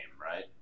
right